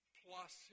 plus